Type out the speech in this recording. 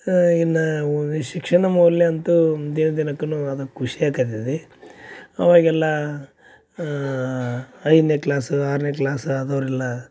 ಇನ್ನಾ ಅವು ಈ ಶಿಕ್ಷಣ ಮೌಲ್ಯ ಅಂತೂ ದಿನ ದಿನಕ್ಕುನು ಅದ ಖುಷಿ ಆಕತತಿ ಅವಾಗೆಲ್ಲಾ ಐದನೇ ಕ್ಲಾಸು ಆರನೆ ಕ್ಲಾಸ್ ಆದೋರು ಎಲ್ಲಾ